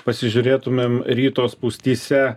pasižiūrėtumėm ryto spūstyse